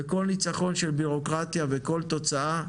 וכל ניצחון של בירוקרטיה וכל תוצאה,